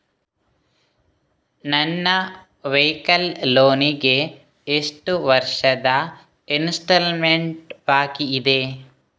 ನನ್ನ vehicle loan ಗೆ ಎಷ್ಟು ವರ್ಷದ ಇನ್ಸ್ಟಾಲ್ಮೆಂಟ್ ಬಾಕಿ ಇದೆ?